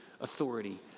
authority